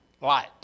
light